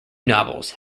novels